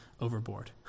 overboard